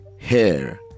hair